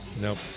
Nope